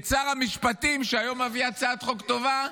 את שר המשפטים, שהיום מביא הצעת חוק טובה,